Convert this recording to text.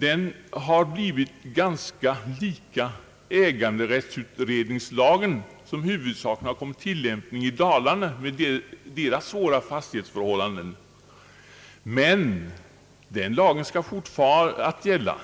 Den har blivit ganska lik äganderättsutredningslagen, som huvudsakligen vunnit tillämpning i Dalarna med dess komplicerade fastighetsoch äganderättsförhållanden. Men den lagen skall dock fortfara att gälla